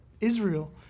Israel